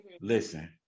listen